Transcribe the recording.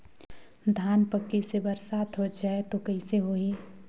धान पक्की से बरसात हो जाय तो कइसे हो ही?